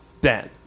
Ben